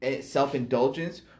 self-indulgence